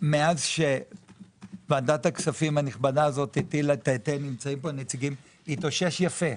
מאז שוועדת הכספים הטילה את ההיטל התאושש יפה.